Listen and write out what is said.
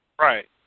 Right